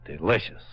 delicious